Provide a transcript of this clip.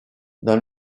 dans